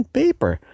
paper